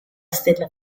stella